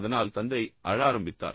அதனால் தந்தை அழ ஆரம்பித்தார்